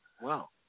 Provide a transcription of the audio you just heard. Wow